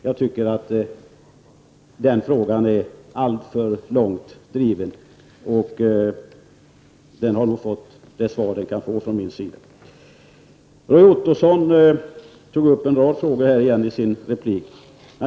Jag tycker den frågan går för långt och har fått det svar den kan få från min sida. Roy Ottosson tog upp en rad frågor igen i sin replik.